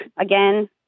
again